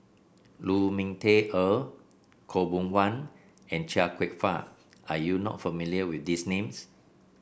Lu Ming Teh Earl Khaw Boon Wan and Chia Kwek Fah are you not familiar with these names